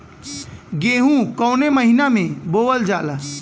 गेहूँ कवने महीना में बोवल जाला?